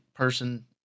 person